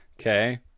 Okay